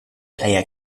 player